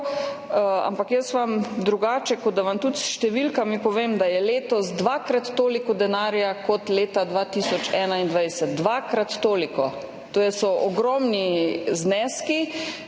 Ampak jaz vam drugače, kot da vam tudi s številkami povem, da je letos dvakrat toliko denarja kot leta 2021, [ne morem povedati]. Dvakrat toliko, to so ogromni zneski,